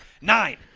nine